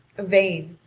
yvain,